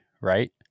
right